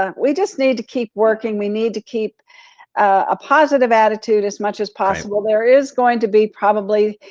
ah we just need to keep working. we need to keep a positive attitude as much as possible. there is going to be probably